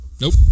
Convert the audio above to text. Nope